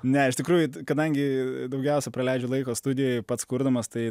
ne iš tikrųjų kadangi daugiausiai praleidžiu laiko studijoj pats kurdamas tai